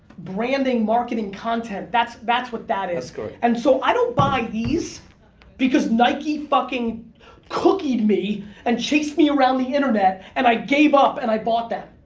branding marketing content that's that's what that is and so i don't buy these because nike fucking cookied me and chased me around the internet and i gave up and i bought them.